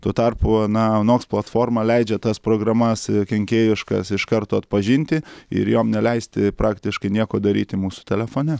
tuo tarpu na onoks platforma leidžia tas programas kenkėjiškas iš karto atpažinti ir jom neleisti praktiškai nieko daryti mūsų telefone